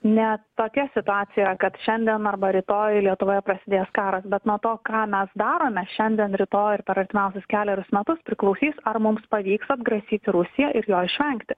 ne tokia situacija kad šiandien arba rytoj lietuvoje prasidės karas bet nuo to ką mes darome šiandien rytoj ir per artimiausius kelerius metus priklausys ar mums pavyks atgrasyti rusiją ir jo išvengti